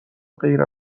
غیر